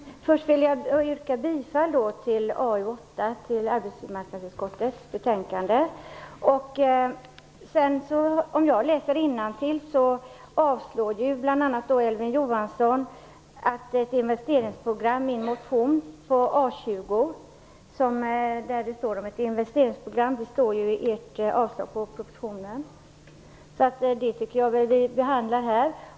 Fru talman! Först vill jag yrka bifall till hemställan i arbetsmarknadsutskottets betänkande 8. Om jag läser innantill ser jag att bl.a. Elving Andersson vill avslå Miljöpartiets motion A20 om ett investeringsprogram. Vi behandlar alltså den frågan här.